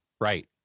Right